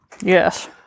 Yes